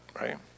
right